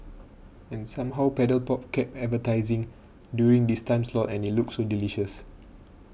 and somehow Paddle Pop kept advertising during this time slot and it looked so delicious